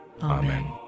Amen